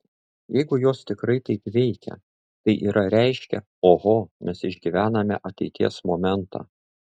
jeigu jos tikrai taip veikia tai yra reiškia oho mes išgyvename ateities momentą